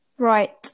Right